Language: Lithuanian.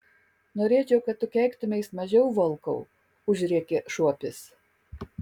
norėčiau kad tu keiktumeis mažiau volkau užrėkė šuopis